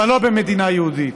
אבל לא במדינה יהודית.